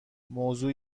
موضوع